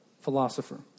philosopher